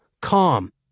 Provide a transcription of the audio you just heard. calm